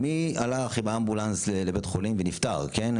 מי הלך עם אמבולנס לבית חולים ונפטר, כן?